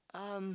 um